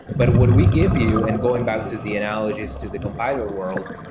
but what we give you, and going back to the analogies to the compiler world,